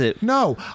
no